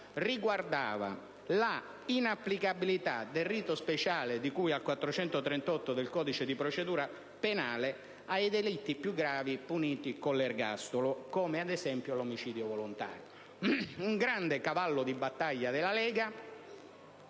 riguardava la inapplicabilità del rito speciale di cui all'articolo 438 del codice di procedura penale ai delitti più gravi, puniti con l'ergastolo, ad esempio l'omicidio volontario. Un grande cavallo di battaglia della Lega,